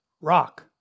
Rock